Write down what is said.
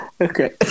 Okay